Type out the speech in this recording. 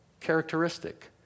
characteristic